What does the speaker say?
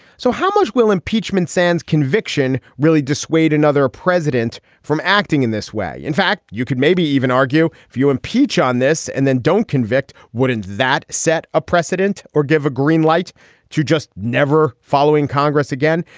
so how much will impeachment sans conviction really dissuade another president from acting in this way? in fact, you could maybe even argue if you impeach on this and then don't convict. wouldn't that set a precedent or give a green light to just never following congress again?